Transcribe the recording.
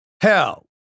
hell